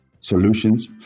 solutions